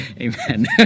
Amen